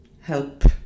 help